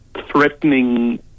threatening